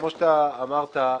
כמו שאמרת,